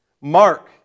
Mark